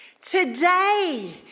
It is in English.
Today